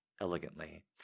elegantly